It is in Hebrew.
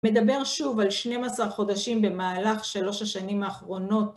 מדבר שוב על 12 חודשים במהלך שלוש השנים האחרונות.